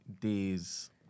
days